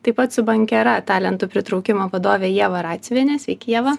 taip pat su bankera talentų pritraukimo vadove ieva radziuniene sveiki ieva